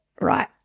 right